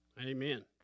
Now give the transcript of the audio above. amen